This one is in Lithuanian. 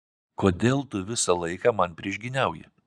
kodėl tu visą laiką man priešgyniauji